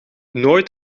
nooit